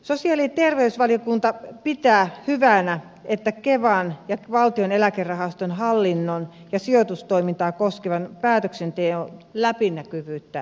sosiaali ja terveysvaliokunta pitää hyvänä että kevan ja valtion eläkerahaston hallinnon ja sijoitustoimintaa koskevan päätöksenteon läpinäkyvyyttä lisätään